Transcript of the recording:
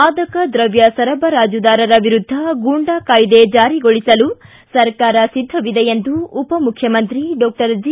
ಮಾದಕ ದ್ರವ್ಯ ಸರಬರಾಜುದಾರರ ವಿರುದ್ದ ಗೊಂಡಾ ಕಾಯ್ದೆ ಜಾರಿಗೊಳಿಸಲು ಸರ್ಕಾರ ಸಿದ್ದವಿದೆ ಎಂದು ಉಪ ಮುಖ್ಯಮಂತ್ರಿ ಡಾಕ್ಸರ್ ಜಿ